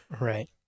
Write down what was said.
Right